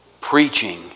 Preaching